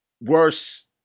worse